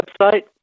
website